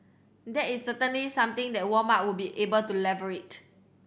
that is certainly something that Walmart would be able to leverage